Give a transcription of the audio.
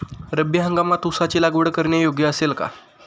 रब्बी हंगामात ऊसाची लागवड करणे योग्य असेल का?